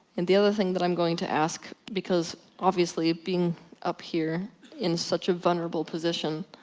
and the other thing that i'm going to ask, because obviously being up here in such a vulnerable position,